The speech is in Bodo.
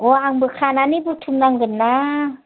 अ आंबो खानानै बुथुम नांगोन ना